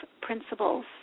principles